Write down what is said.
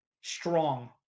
strong